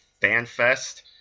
FanFest